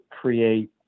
create